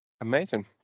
Amazing